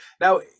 Now